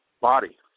body